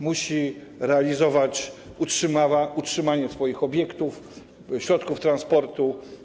Musi realizować utrzymanie swoich obiektów, środków transportu.